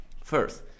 First